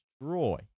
destroy